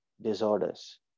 disorders